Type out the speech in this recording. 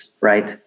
right